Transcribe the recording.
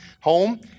home